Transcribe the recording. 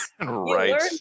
Right